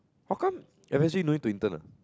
how come no need to intern ah